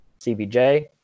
CBJ